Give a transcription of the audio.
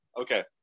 Okay